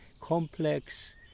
complex